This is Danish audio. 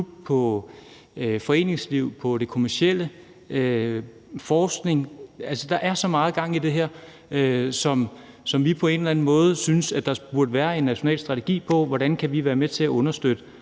foreningslivet, det kommercielle og forskningen. Der er så meget gang i det her, at vi på en eller anden måde synes, at der burde være en national strategi, i forhold til hvordan vi kan være med til at understøtte